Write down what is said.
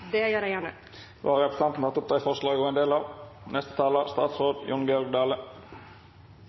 Det gjør jeg mer enn gjerne. Da har representanten Une Bastholm tatt opp forslaget fra Miljøpartiet De